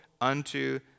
unto